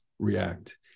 react